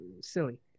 silly